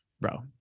bro